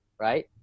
Right